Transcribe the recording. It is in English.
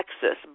Texas